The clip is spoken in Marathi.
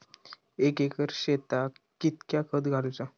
एक एकर शेताक कीतक्या खत घालूचा?